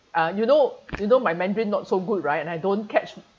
uh you know you know my mandarin not so good right and I don't catch